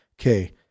okay